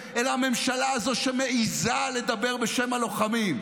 אלא הממשלה הזו שמעזה לדבר בשם הלוחמים.